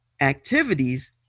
activities